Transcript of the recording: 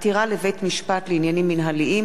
(עתירה לבית-משפט לעניינים מינהליים),